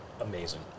amazing